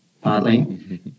partly